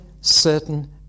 certain